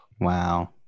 Wow